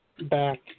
back